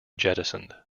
jettisoned